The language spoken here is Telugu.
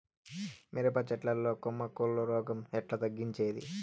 మిరప చెట్ల లో కొమ్మ కుళ్ళు రోగం ఎట్లా తగ్గించేది?